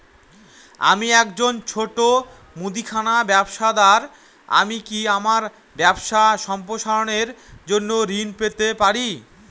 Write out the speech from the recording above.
আমি একজন ছোট মুদিখানা ব্যবসাদার আমি কি আমার ব্যবসা সম্প্রসারণের জন্য ঋণ পেতে পারি?